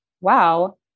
wow